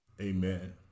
Amen